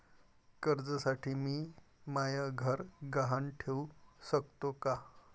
कर्जसाठी मी म्हाय घर गहान ठेवू सकतो का